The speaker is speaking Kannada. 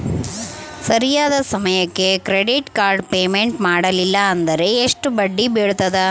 ಸರಿಯಾದ ಸಮಯಕ್ಕೆ ಕ್ರೆಡಿಟ್ ಕಾರ್ಡ್ ಪೇಮೆಂಟ್ ಮಾಡಲಿಲ್ಲ ಅಂದ್ರೆ ಎಷ್ಟು ಬಡ್ಡಿ ಬೇಳ್ತದ?